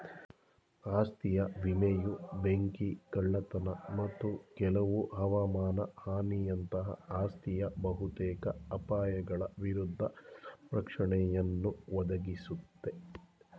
ಆಸ್ತಿ ವಿಮೆಯು ಬೆಂಕಿ ಕಳ್ಳತನ ಮತ್ತು ಕೆಲವು ಹವಮಾನ ಹಾನಿಯಂತಹ ಆಸ್ತಿಯ ಬಹುತೇಕ ಅಪಾಯಗಳ ವಿರುದ್ಧ ಸಂರಕ್ಷಣೆಯನ್ನುಯ ಒದಗಿಸುತ್ತೆ